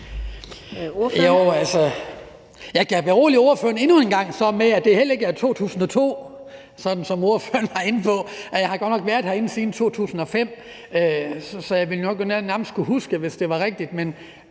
en gang berolige ordføreren med at sige, at det heller ikke var 2002, som ordføreren var inde på. Jeg har godt nok været herinde siden 2005, så jeg vil nok nærmest kunne huske det, hvis det var rigtigt,